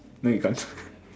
no you can't